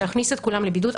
להכניס את כולם לבידוד,